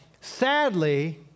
Sadly